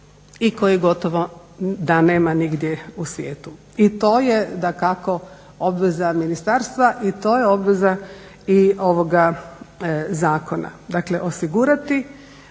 i kojih gotovo da nema nigdje u svijetu. I to je dakako obveza ministarstva i to je obveza i ovoga zakona. Dakle, osigurati